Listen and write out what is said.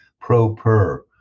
pro-per